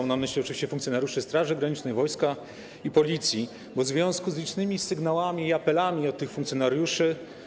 Mam na myśli oczywiście funkcjonariuszy Straży Granicznej, wojska i Policji, bo w związku z licznymi sygnałami i apelami od tych funkcjonariuszy.